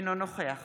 אינו נוכח